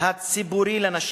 הציבורי לנשים",